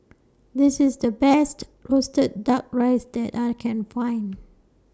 This IS The Best Roasted Duck Rice that I Can Find